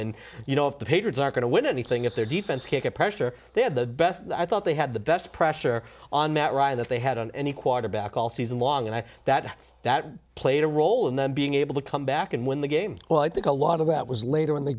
and you know if the patriots are going to win anything if their defense kicker pressure they had the best i thought they had the best pressure on matt ryan that they had on any quarterback all season long and that that played a role in them being able to come back and win the game well i think a lot of that was later in the